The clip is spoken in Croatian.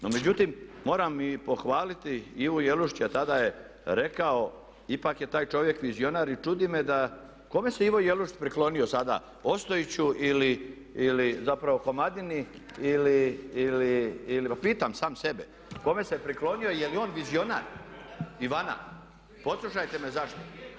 No međutim, moram i pohvaliti Ivu Jelušića tada je rekao, ipak je taj čovjek vizionar i čudi me da kome se Ivo Jelušić priklonio sada Ostojiću ili, zapravo Komadini ili, pa pitam sam sebe, kome se priklonio je li on vizionar, Ivana poslušate me zašto.